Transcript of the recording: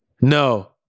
No